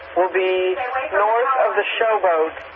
will be north of the show boat.